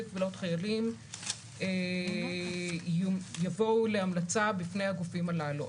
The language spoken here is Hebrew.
קבילות חיילים יבואו להמלצה בפני הגופים הללו.